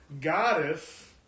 goddess